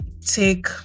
take